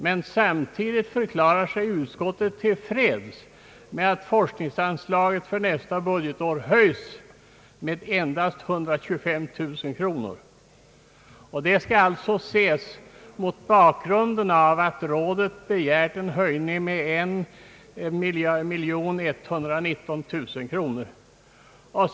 Men samtidigt förklarar sig utskottet till freds med att forskningsanslagen för nästa budgetår höjs med endast 125 000 kronor. Det skall ses mot bakgrunden av att rådet begärt en höjning med 12119 000 kronor.